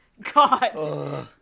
God